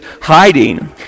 hiding